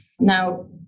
Now